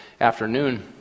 afternoon